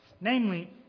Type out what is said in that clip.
Namely